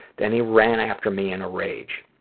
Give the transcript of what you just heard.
then, he ran after me in rage.